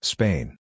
Spain